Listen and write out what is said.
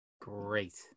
great